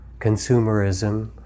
consumerism